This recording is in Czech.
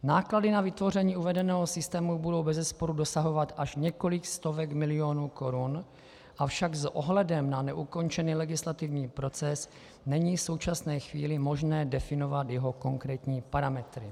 Náklady na vytvoření uvedeného systému budou bezesporu dosahovat až několik set milionů korun, ale s ohledem na neukončený legislativní proces není v současné chvíli možné definovat jeho konkrétní parametry.